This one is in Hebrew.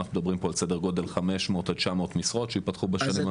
אנחנו מדברים פה על סדר גודל 500 עד 900 משרות שיפתחו בשנים הקרובות.